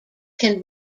can